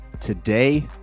today